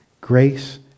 grace